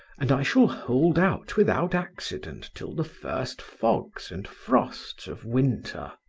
and i shall hold out without accident till the first fogs and frosts of winter.